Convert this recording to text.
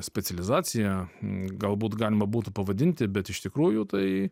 specializacija galbūt galima būtų pavadinti bet iš tikrųjų tai